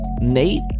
Nate